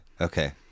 okay